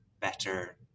better